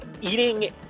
eating